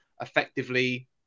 effectively